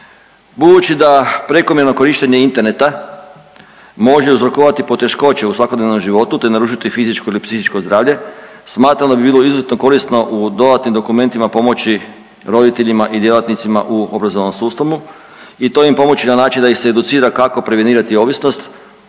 Budući da prekomjerno korištenje interneta može uzrokovati poteškoće u svakodnevnom životu te narušiti fizičko ili psihičko zdravlje smatram da bi bilo izuzetno korisno u dodatnim dokumentima pomoći roditeljima i djelatnicima u obrazovnom sustavu. I to im pomoći na način da ih se educira kako prevenirati ovisnost,